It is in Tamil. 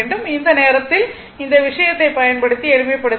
அந்த நேரத்தில் இந்த விஷயத்தைப் பயன்படுத்தி எளிமைப்படுத்த வேண்டும்